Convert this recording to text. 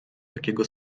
takiego